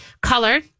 color